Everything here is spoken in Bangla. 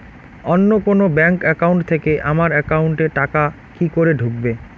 অন্য কোনো ব্যাংক একাউন্ট থেকে আমার একাউন্ট এ টাকা কি করে ঢুকবে?